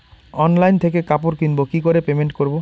Online থেকে কাপড় কিনবো কি করে পেমেন্ট করবো?